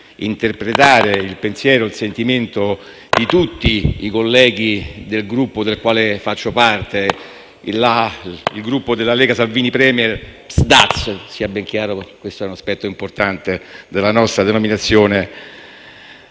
interpretare il sentimento di tutti i colleghi del Gruppo del quale faccio parte, il Gruppo della Lega Salvini-Premier-PSd'Az (sia ben chiaro, questo è un aspetto importante della nostra denominazione